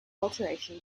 alteration